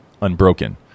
Unbroken